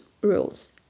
rules